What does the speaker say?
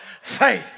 faith